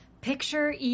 picture